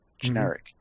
generic